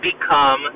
become